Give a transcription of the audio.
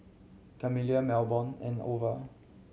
Camila Melbourne and Ova